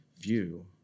view